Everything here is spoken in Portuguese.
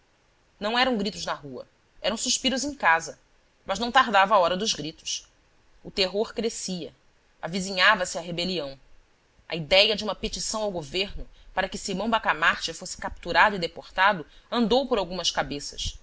não eram gritos na rua eram suspiros em casa mas não tardava a hora dos gritos o terror crescia avizinhava se a rebelião a idéia de uma petição ao governo para que simão bacamarte fosse capturado e deportado andou por algumas cabeças